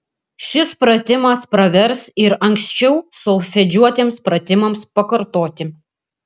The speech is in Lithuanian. šis pratimas pravers ir anksčiau solfedžiuotiems pratimams pakartoti